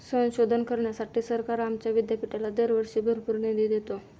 संशोधन करण्यासाठी सरकार आमच्या विद्यापीठाला दरवर्षी भरपूर निधी देते